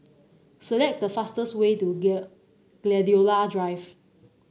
select the fastest way to Gladiola Drive